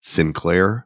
Sinclair